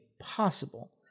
possible